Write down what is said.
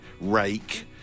Rake